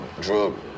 drug